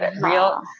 Real